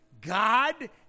God